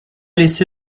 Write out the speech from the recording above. laissé